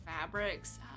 fabrics